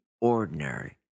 ordinary